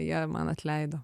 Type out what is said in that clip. jie man atleido